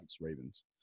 Ravens